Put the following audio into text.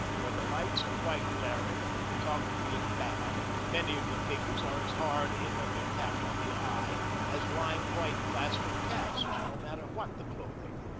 where the lights are quite glaring and the photography is bad, many of the figures are as hard in their impact on the eye as lime-white plaster-casts, no matter what the clothing.